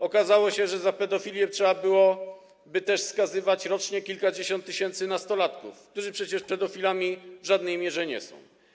Okazało się, że za pedofilię trzeba byłoby też skazywać rocznie kilkadziesiąt tysięcy nastolatków, którzy przecież pedofilami w żadnej mierze nie są.